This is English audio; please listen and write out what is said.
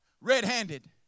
red-handed